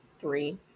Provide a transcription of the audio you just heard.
three